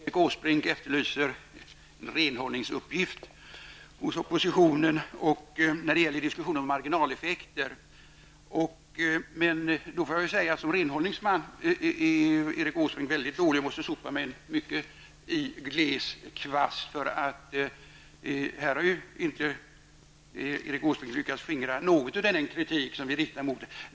Herr talman! Erik Åsbrink efterlyste att oppositionen skall genomföra en renhållningsuppgift när det gäller diskussionen om marginaleffekter. Erik Åsbrink är mycket dålig som renhållningsman. Han måste nog sopa med en mycket gles kvast, eftersom han inte här har lyckats skingra något av den kritik som vi framför.